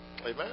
Amen